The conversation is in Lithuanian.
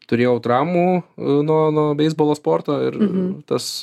turėjau traumų nuo nuo beisbolo sporto ir tas